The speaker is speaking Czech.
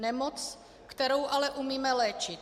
Nemoc, kterou ale umíme léčit.